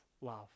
love